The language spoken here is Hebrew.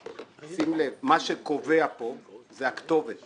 שים לב, מה שקובע כאן זאת הכתובת